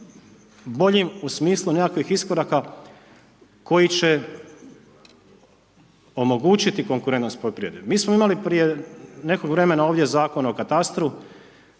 boljim u smislu nekakvih iskoraka koji će omogućiti konkurentnost poljoprivrede. Mi smo imali prije nekog vremena Zakon o katastru.